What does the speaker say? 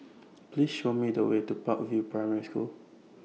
Please Show Me The Way to Park View Primary School